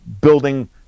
building